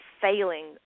failing